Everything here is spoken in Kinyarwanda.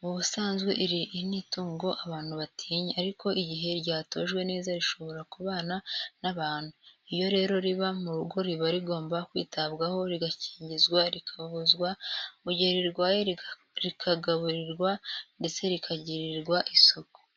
mu busanzwe iri ni itungo abantu batinya, ariko igihe ryatojwe neza rishobora kubana n'abantu, iyo rero riba mu rugo riba rigomba kwitabwaho rigakingizwa rikavuzwa mu gihe rirwaye rikagaburirwa ndetse rikagirirwa isuku.